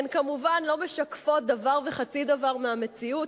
הן כמובן לא משקפות דבר וחצי דבר מהמציאות,